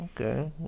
Okay